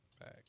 back